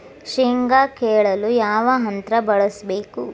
ಶೇಂಗಾ ಕೇಳಲು ಯಾವ ಯಂತ್ರ ಬಳಸಬೇಕು?